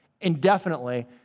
Indefinitely